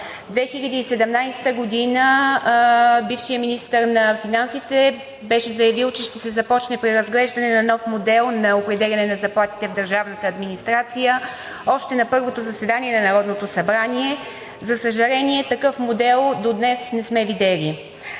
2017 г. бившият министър на финансите беше заявил, че ще се започне преразглеждане на нов модел на определяне на заплатите в държавната администрация – още на първото заседание на Народното събрание, за съжаление, такъв модел до днес не сме видели.